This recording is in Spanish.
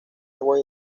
agua